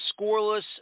scoreless